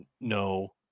no